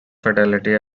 fatality